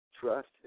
Trust